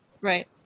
Right